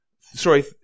sorry